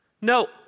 No